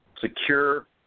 Secure